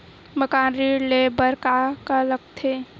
मकान ऋण ले बर का का लगथे?